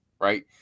right